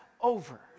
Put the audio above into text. over